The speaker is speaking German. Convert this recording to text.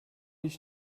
ich